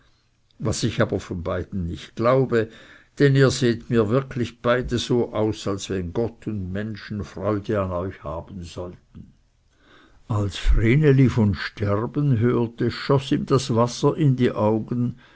was ich aber von beiden nicht glaube denn ihr seht mir beide wirklich so aus als wenn gott und menschen freude an euch haben sollten als vreneli von sterben hörte schoß ihm das wasser in die augen